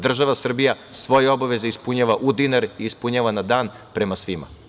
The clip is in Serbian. Država Srbija svoje obaveze ispunjava u dinar i ispunjava na dan prema svima.